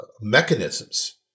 mechanisms